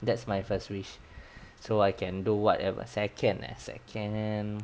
that's my first wish so I can do whatever second ah second